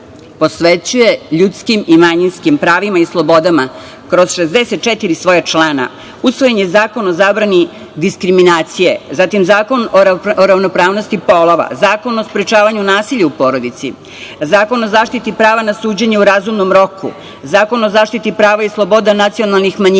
posvećuje ljudskim i manjinskim pravima i slobodama kroz 64 svoja člana. Usvojen je Zakon o zabrani diskriminacije, zatim Zakon o ravnopravnosti polova, Zakon o sprečavanju nasilja u porodici, Zakon o zaštiti prava na suđenje u razumnom roku, Zakon o zaštiti prava i sloboda nacionalnih manjina,